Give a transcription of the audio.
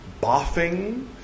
Boffing